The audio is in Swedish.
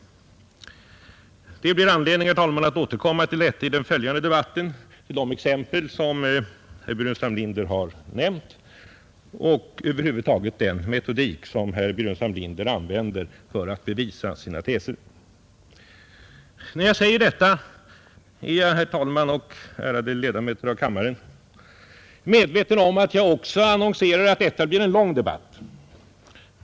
Det blir anledning, herr talman, att återkomma till detta i den följande debatten och till de exempel som herr Burenstam Linder nämnt och över huvud taget till den metodik som herr Burenstam Linder använder för att bevisa sina teser. När jag säger detta är jag, herr talman och ärade ledamöter av kammaren, medveten om att jag också annonserar att detta blir en lång debatt.